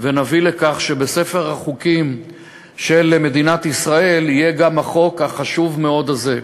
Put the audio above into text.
ונביא לכך שבספר החוקים של מדינת ישראל יהיה גם החוק החשוב מאוד הזה.